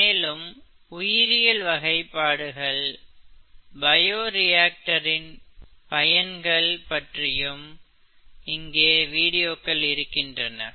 மேலும் உயிரியல் வகைப்பாடுகள் பயோரியாக்டரின் பயன்கள் பற்றியும் இங்கே வீடியோக்கள் இருக்கின்றன